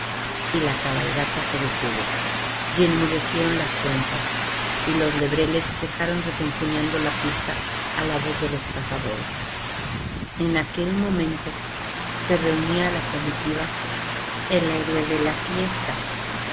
y la cabalgata se detuvo y enmudecieron las trompas y los lebreles dejaron refunfuñando la pista á la voz de los cazadores en aquel momento se reunía á la comitiva el héroe de la fiesta